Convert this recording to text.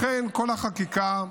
לכן, כל החקיקה,